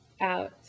out